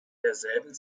derselben